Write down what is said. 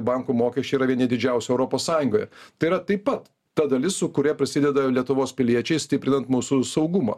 bankų mokesčiai yra vieni didžiausių europos sąjungoje tai yra taip pat ta dalis su kuria prisideda lietuvos piliečiai stiprinant mūsų saugumą